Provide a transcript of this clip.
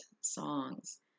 songs